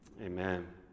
Amen